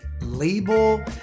label